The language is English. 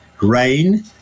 rain